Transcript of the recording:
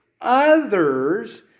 others